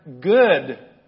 good